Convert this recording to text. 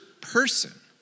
person